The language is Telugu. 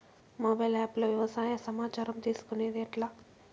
మొబైల్ ఆప్ లో వ్యవసాయ సమాచారం తీసుకొనేది ఎట్లా?